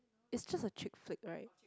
it's just a chick flick right